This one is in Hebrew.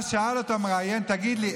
אז שאל אותו המראיין: תגיד לי,